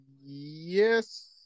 Yes